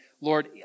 Lord